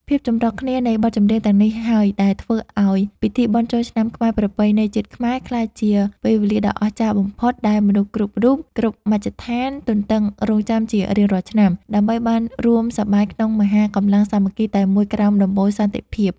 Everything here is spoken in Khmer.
ភាពចម្រុះគ្នានៃបទចម្រៀងទាំងនេះហើយ ដែលធ្វើឱ្យពិធីបុណ្យចូលឆ្នាំថ្មីប្រពៃណីជាតិខ្មែរ ក្លាយជាពេលវេលាដ៏អស្ចារ្យបំផុតដែលមនុស្សគ្រប់គ្នាគ្រប់មជ្ឈដ្ឋានទន្ទឹងរង់ចាំជារៀងរាល់ឆ្នាំ ដើម្បីបានរួមសប្បាយក្នុងមហាកម្លាំងសាមគ្គីតែមួយក្រោមដំបូលសន្តិភាព។